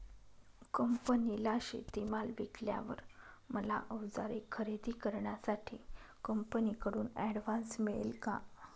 कंपनीला शेतीमाल विकल्यावर मला औजारे खरेदी करण्यासाठी कंपनीकडून ऍडव्हान्स मिळेल का?